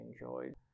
enjoyed